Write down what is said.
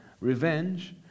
revenge